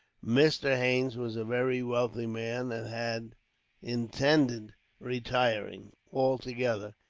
mr. haines was a very wealthy man, and had intended retiring, altogether,